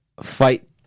fight